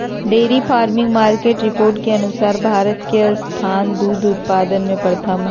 dairy farming market report के अनुसार भारत के स्थान दूध उत्पादन में प्रथम हय